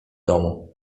domu